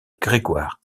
grégoire